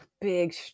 Big